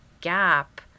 gap –